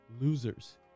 Losers